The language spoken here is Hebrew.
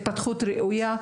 את ההתפתחות הראויה,